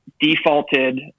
defaulted